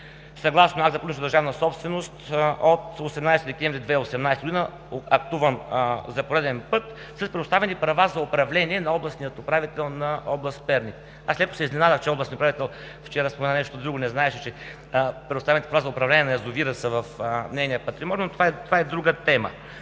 съгласно Акт за публична държавна собственост от 18 декември 2018 г., актуван за пореден път, с предоставени права за управление на областния управител на област Перник. Аз леко се изненадах, че вчера областният управител спомена нещо друго и не знаеше, че предоставените права за управление на язовира са в нейния патримониум, но това е друга тема.